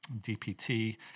DPT